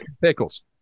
pickles